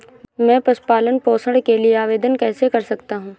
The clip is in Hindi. मैं पशु पालन पोषण के लिए आवेदन कैसे कर सकता हूँ?